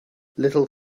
little